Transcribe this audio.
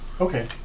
Okay